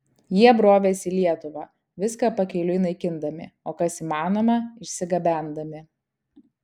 jie brovėsi į lietuvą viską pakeliui naikindami o kas įmanoma išsigabendami